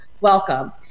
welcome